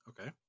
Okay